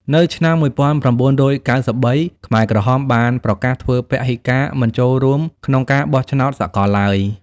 នៅឆ្នាំ១៩៩៣ ខ្មែរក្រហមបានប្រកាសធ្វើពហិការ មិនចូលរួមក្នុងការបោះឆ្នោតសកលឡើយ។